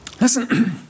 Listen